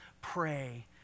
pray